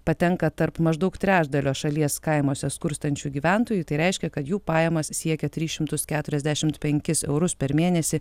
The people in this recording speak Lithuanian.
patenka tarp maždaug trečdalio šalies kaimuose skurstančių gyventojų tai reiškia kad jų pajamos siekia tris šimtus keturiasdešimt penkis eurus per mėnesį